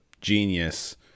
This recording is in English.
genius